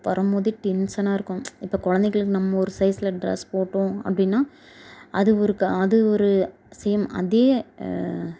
வரும்போதே டென்ஷனாக இருக்கும் இப்போ குழந்தைங்களுக்கு நம்ம ஒரு சைஸில் டிரெஸ் போட்டோம் அப்படின்னா அது ஒரு அது ஒரு சேம் அதே